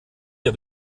der